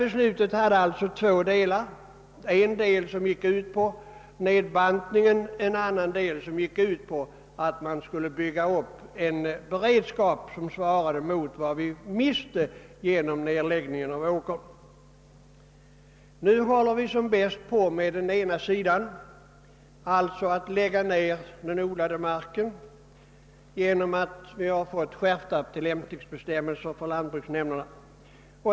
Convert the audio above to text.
Beslutet bestod alltså av två delar, en del som gick ut på nedbantningen, en annan del som gick ut på uppbyggande av en beredskap, som svarar emot vad vi gick miste om genom nedläggningen av åker. Nu håller vi som bäst på att förverkliga den ena delen av programmet, nämligen nedläggningen av den odlade marken genom skärpta tillämpningsbestämmelser för lantbruksnämnderna.